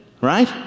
right